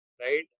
right